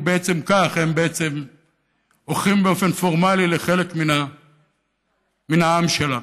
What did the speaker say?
ובעצם כך הם הופכים באופן פורמלי לחלק מן העם שלנו.